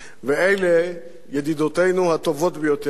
ואלה ידידותינו הטובות ביותר.